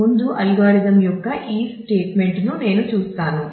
ముందు అల్గోరిథం యొక్క ఈ స్టేట్మెంటును నేను చూస్తాను